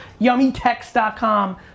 yummytex.com